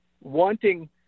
wanting